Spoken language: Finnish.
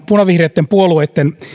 punavihreitten puolueitten